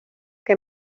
que